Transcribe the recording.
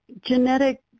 genetic